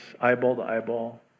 eyeball-to-eyeball